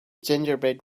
gingerbread